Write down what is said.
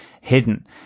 hidden